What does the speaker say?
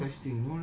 I don't know